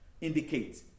indicate